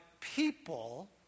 people